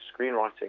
screenwriting